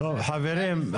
חברים,